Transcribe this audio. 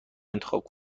انتخاب